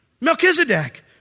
Melchizedek